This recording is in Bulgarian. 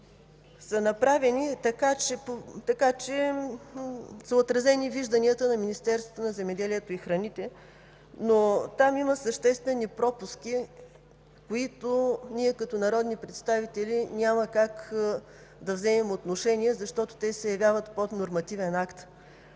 за наредби са отразени вижданията на Министерството на земеделието и храните, но там има съществени пропуски, по които ние като народни представители няма как да вземем отношение, защото те се явяват поднормативен акт.